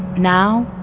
now,